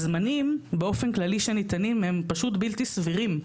הזמנים באופן כללי שניתנים הם פשוט בלתי סבירים.